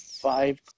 Five